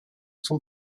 zum